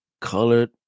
colored